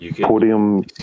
podium